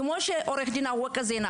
כמו שאמר עורך הדין זנה,